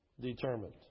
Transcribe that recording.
determined